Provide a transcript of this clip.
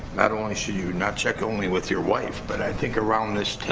not only should you not check only with your wife, but i think around this